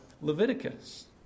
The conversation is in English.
Leviticus